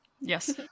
Yes